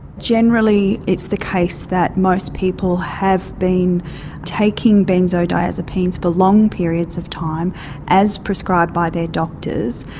generally it's the case that most people have been taking benzodiazepines for long periods of time as prescribed by their doctors,